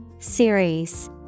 Series